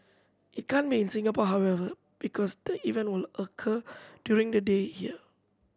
it can't be seen in Singapore however because the event will occur during the day here